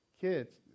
kids